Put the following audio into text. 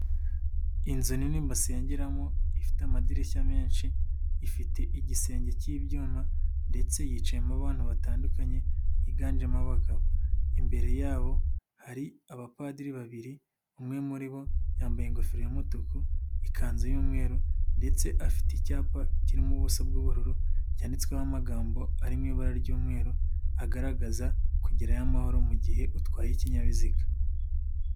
Inzu nini basengeramo ifite amadirishya menshi, ifite igisenge k'ibyuma ndetse yicayemo abantu batandukanye higanjemo abagabo. Imbere yabo hari abapadiri babiri umwe muri bo yambaye ingofero y'umutuku, ikanzu y'umweru ndetse afite icyapa kiri mu buso bw'ubururu cyanditsweho amagambo ari mu ibara ry'umweru agaragaza kugerayo amahoro mu gihe utwaye ikinyabiziga.